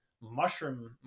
mushroom